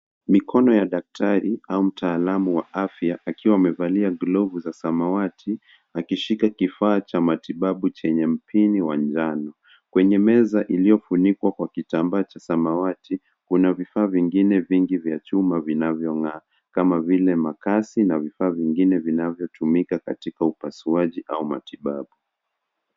Mikono ya daktari au mtaalamu wa afya akiwa amevalia glovu za samawati akishika kifaa cha matibabu chenye mpini wa njano. Kwenye meza iliyofunikwa kwa kitambaa cha samawati. Kuna vifaa vingi vya vyuma vinavyong'aa kama vile makasi na vifaa vingine vinavyotumika katika upasuaji au matibabu.